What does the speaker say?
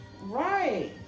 Right